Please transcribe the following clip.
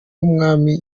w’umwami